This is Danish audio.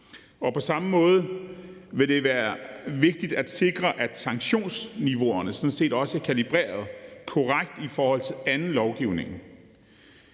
På samme måde vil det være vigtigt at sikre, at sanktionsniveauerne sådan set også er kalibreret korrekt i forhold til anden lovgivning,